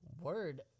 word